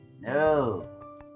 no